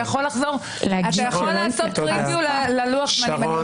אתה יכול לעשות פריביו ללוח הזמנים,